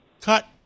Cut